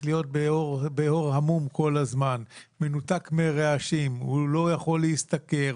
להיות באור עמום כל הזמן; מנותק מרעשים; הוא לא יכול להשתכר,